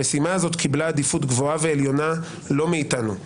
המשימה הזאת קיבלה עדיפות גבוהה ועליונה לא מאתנו,